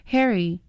Harry